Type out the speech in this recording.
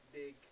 big